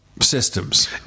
systems